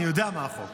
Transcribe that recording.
אני יודע מה החוק.